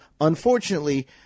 unfortunately